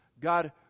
God